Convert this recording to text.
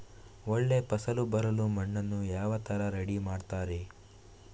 ಒಳ್ಳೆ ಫಸಲು ಬರಲು ಮಣ್ಣನ್ನು ಯಾವ ತರ ರೆಡಿ ಮಾಡ್ತಾರೆ?